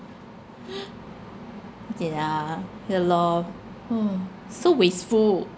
okay lah ya lor oh so wasteful